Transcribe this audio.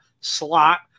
slot